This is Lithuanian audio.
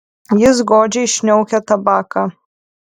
jis godžiai šniaukia tabaką